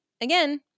again